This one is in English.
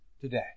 today